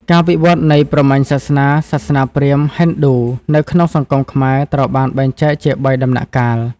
ការវិវឌ្ឍន៍នៃព្រហ្មញ្ញសាសនា សាសនាព្រាហ្មណ៍–ហិណ្ឌូ នៅក្នុងសង្គមខ្មែរត្រូវបានបែងចែកជាបីដំណាក់កាល។